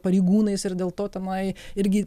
pareigūnais ir dėl to tenai irgi